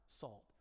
salt